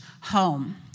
home